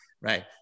right